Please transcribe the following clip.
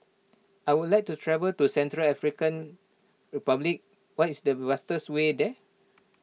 I would like to travel to Central African Republic what is the fastest way there